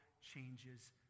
changes